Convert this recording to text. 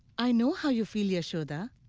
i know how you feel, yashoda.